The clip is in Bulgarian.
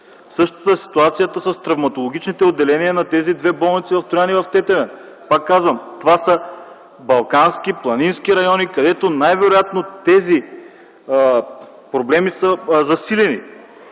Същата е ситуацията с травматологичните отделения в двете болници в Троян и Тетевен. Пак казвам, това са балкански, планински райони, където тези проблеми са засилени.